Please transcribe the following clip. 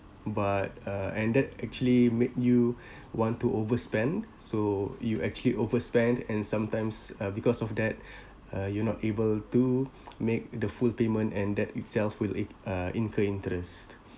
but uh ended actually make you want to overspend so you actually overspend and sometimes uh because of that uh you're not able to make the full payment and that itself will i~ uh incur interest